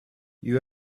you